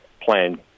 plan